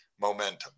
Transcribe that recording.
momentum